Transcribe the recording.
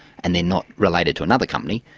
and they're not related to another company,